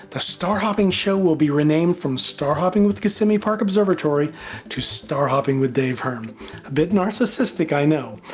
the star hopping show will be renamed from star hopping with kissimmee park observatory to star hopping with dave hearn. a bit narcissistic, i know,